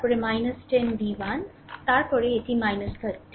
তারপরে 10 v1 তারপরে এটি 30 0